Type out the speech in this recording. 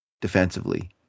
defensively